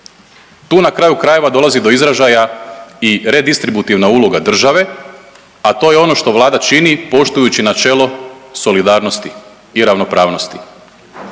Tu na kraju krajeva, dolazi do izražaja i redistributivna uloga države, a to je ono što Vlada čini poštujući načelo solidarnosti i ravnopravnosti.